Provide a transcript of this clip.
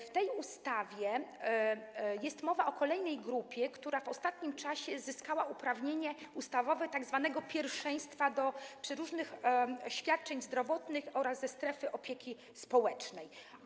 W tej ustawie jest mowa o kolejnej grupie, która w ostatnim czasie zyskała uprawnienia ustawowe tzw. pierwszeństwa do przeróżnych świadczeń zdrowotnych oraz świadczeń ze strefy opieki społecznej.